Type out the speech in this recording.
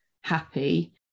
happy